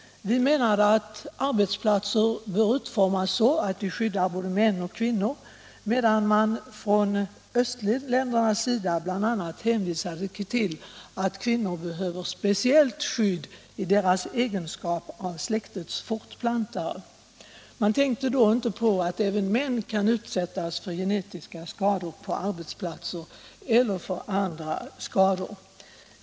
Vi menade att arbetsplatser bör utformas så att de skyddar både män och kvinnor, medan man från östländernas sida bl.a. hänvisade till att kvinnor behöver speciellt skydd i egenskap av släktets fortplantare. Man tänkte då inte på att även män kan utsättas för genetiska skador på arbetsplatser eller för andra skador.